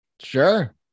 Sure